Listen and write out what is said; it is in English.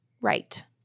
right